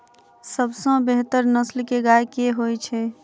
सबसँ बेहतर नस्ल केँ गाय केँ होइ छै?